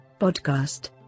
podcast